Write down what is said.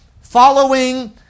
following